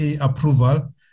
approval